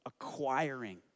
acquiring